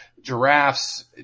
Giraffes